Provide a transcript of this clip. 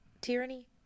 tyranny